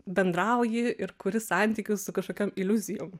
bendrauji ir kuri santykius su kažkokiom iliuzijom